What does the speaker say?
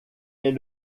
est